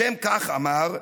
לשם כך, אמר,